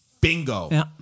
Bingo